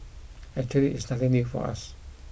actually it's nothing new for us